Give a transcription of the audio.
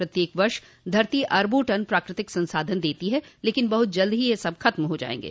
प्रत्येक वर्ष धरती अरबों टन प्राकृतिक संसाधन देती है लेकिन बहुत जल्द ही ये सब खत्म हो जाएंगे